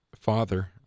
father